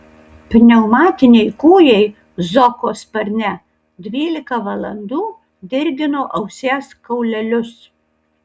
pneumatiniai kūjai zoko sparne dvylika valandų dirgino ausies kaulelius